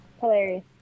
Hilarious